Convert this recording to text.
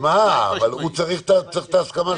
אבל צריך את ההסכמה של הסיעה שלו.